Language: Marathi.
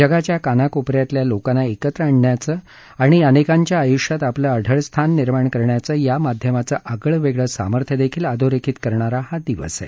जगाच्या कानाकोपऱ्यातल्या लोकांना एकत्र आणण्याचं आणि अनेकांच्या आयुष्यात आपलं अढळ स्थान निर्माण करण्याचं या माध्यमाचं आगळं वेगळं सामर्थ्य देखील अधोरेखित करणारा हा दिवस आहे